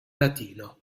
latino